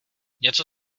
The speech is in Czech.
něco